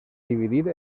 dividit